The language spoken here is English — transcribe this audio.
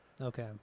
Okay